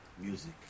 Music